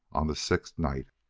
on the sixth night.